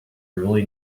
really